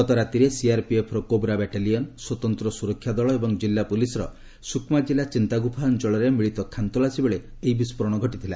ଗତ ରାତିରେ ସିଆର୍ପିଏଫ୍ର କୋବ୍ରା ବାଟାଲିୟନ୍ ସ୍ୱତନ୍ତ୍ର ସୁରକ୍ଷା ଦଳ ଏବଂ ଜିଲ୍ଲା ପୁଲିସ୍ର ସୁକ୍ମା ଜିଲ୍ଲା ଚିନ୍ତାଗୁଫା ଅଞ୍ଚଳରେ ମିଳିତ ଖାନ୍ତଲାସୀବେଳେ ଏହି ବିସ୍ଫୋରଣ ଘଟିଥିଲା